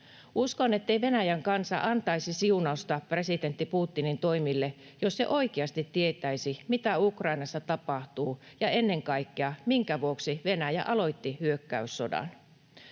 Uskon, ettei Venäjän kansa antaisi siunausta presidentti Putinin toimille, jos se oikeasti tietäisi, mitä Ukrainassa tapahtuu, ja ennen kaikkea, minkä vuoksi Venäjä aloitti hyökkäyssodan.